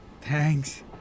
Thanks